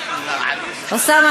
אוסאמה,